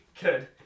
good